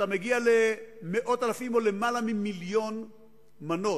אתה מגיע למאות אלפים או למעלה ממיליון מנות,